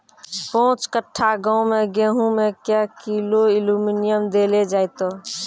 पाँच कट्ठा गांव मे गेहूँ मे क्या किलो एल्मुनियम देले जाय तो?